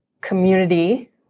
community